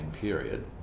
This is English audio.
period